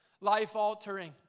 life-altering